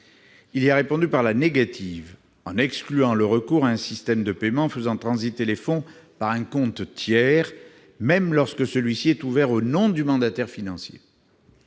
Il y a répondu par la négative en excluant le recours à un système de paiement faisant transiter les fonds par un compte tiers, même lorsque celui-ci est ouvert au nom du mandataire financier.